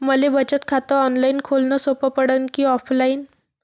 मले बचत खात ऑनलाईन खोलन सोपं पडन की ऑफलाईन?